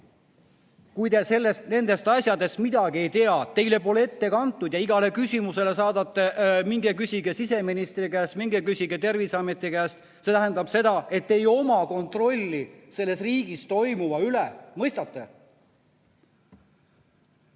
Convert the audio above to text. kui te nendest asjadest midagi ei tea, teile pole ette kantud ja te igale küsimusele vastate, et minge küsige siseministri käest või minge küsige Terviseameti käest, siis te ei oma kontrolli selles riigis toimuva üle. Mõistate?